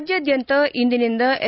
ರಾಜ್ಯಾದ್ಯಂತ ಇಂದಿನಿಂದ ಎಸ್